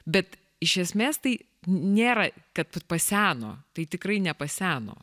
bet iš esmės tai nėra kad paseno tai tikrai nepaseno